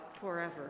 forever